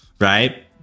Right